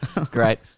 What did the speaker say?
great